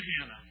Hannah